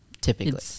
typically